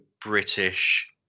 British